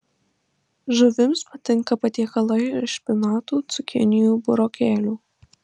žuvims patinka patiekalai iš špinatų cukinijų burokėlių